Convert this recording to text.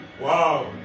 Wow